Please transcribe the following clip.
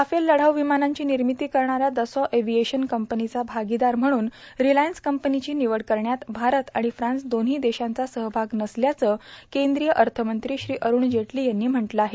Rafale लढाऊ विमानांची निर्मिती करणाऱ्या डसॉ एव्हिएशन कंपनीचा भागीदार म्हणून रिलायन्स कंपनीची निवड करण्यात भारत आणि फ्रान्स दोव्ही देशांचा सहभाग नसल्याचं केंद्रीय अर्थमंत्री श्री अरूण जेटली यांनी म्हटलं आहे